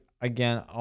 again